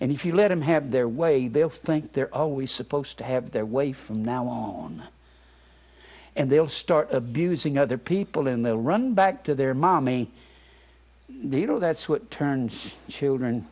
and if you let them have their way they'll think they're always supposed to have their way from now on and they'll start abusing other people in the run back to their mommy the you know that's what turns children